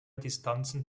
distanzen